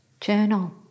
journal